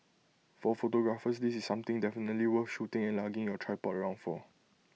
for photographers this is something definitely worth shooting and lugging your tripod around for